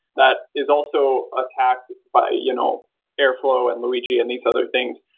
that is also attacked by you know airflow, and luigi, and these other things.